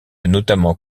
notamment